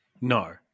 No